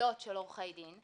ממעילות של עורכי דין.